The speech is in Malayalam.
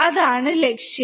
അതാണ് ലക്ഷ്യം